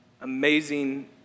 amazing